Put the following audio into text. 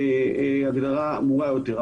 הגדרה ברורה יותר.